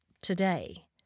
today